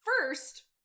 First